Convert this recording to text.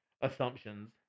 assumptions